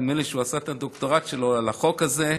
נדמה לי שהוא עשה את הדוקטורט שלו על החוק הזה,